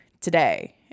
today